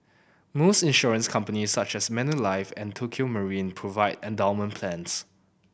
most insurance companies such as Manulife and Tokio Marine provide endowment plans